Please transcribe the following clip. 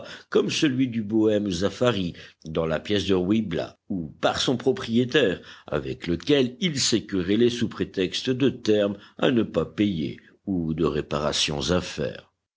comme celui du bohème zafari dans la pièce de ruy blas ou par son propriétaire avec lequel il s'est querellé sous prétexte de terme à ne pas payer ou de réparations à faire